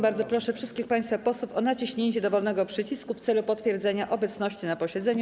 Bardzo proszę wszystkich państwa posłów o naciśnięcie dowolnego przycisku w celu potwierdzenia obecności na posiedzeniu.